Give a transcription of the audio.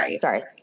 sorry